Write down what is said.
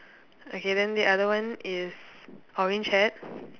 okay then the other one is orange hat